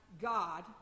God